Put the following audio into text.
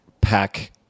pack